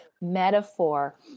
metaphor